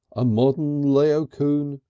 a modern laocoon,